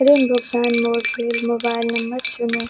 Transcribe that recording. तुरन्त भुगतान मोड लेल मोबाइल नंबर चुनू